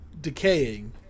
decaying